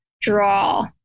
draw